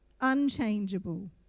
unchangeable